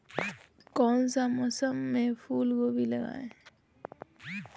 कौन सा मौसम में फूलगोभी लगाए?